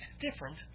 different